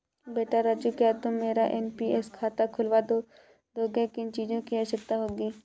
बेटा राजू क्या तुम मेरा एन.पी.एस खाता खुलवा दोगे, किन चीजों की आवश्यकता होगी?